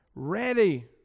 ready